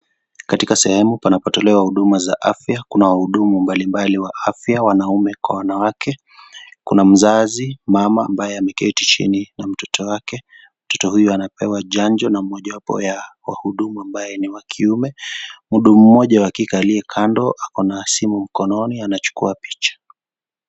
Katika sehemu panapotolewa huduma za afya kuna wahudumu mbalimbali wa afya wanaume kwa wanawake, kuna mzazi, mama ambaye ameketi chini na mtoto wake, mtoto huyu anapewa janjo na mmoja wapo ya wahudumu ambaye ni wa kiume, mhudumu mmoja wa kike aliyekando akona simu mkononi anachukua picha.